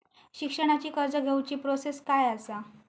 शिक्षणाची कर्ज घेऊची प्रोसेस काय असा?